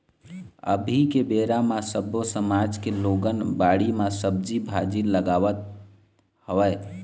अभी के बेरा म सब्बो समाज के लोगन बाड़ी म सब्जी भाजी लगावत हवय